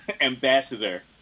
ambassador